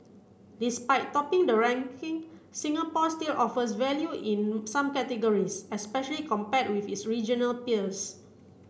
despite topping the ranking Singapore still offers value in some categories especially compared with its regional peers